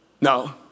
No